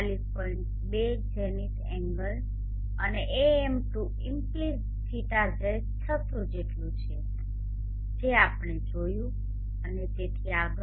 20 zenith angle અને AM2 implies θz 600 જેટલું છે જે આપણે જોયું અને તેથી આગળ